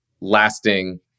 lasting